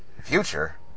Future